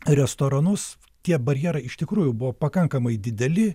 restoranus tie barjerai iš tikrųjų buvo pakankamai dideli